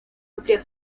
amplia